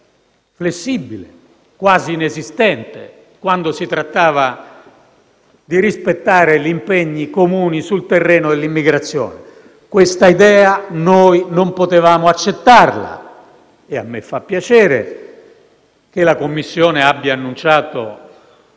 flessibile, quasi inesistente, quando si trattava di rispettare gli impegni comuni sul terreno dell'immigrazione. Non potevamo accettare questa idea e a me fa piacere che la Commissione europea abbia annunciato,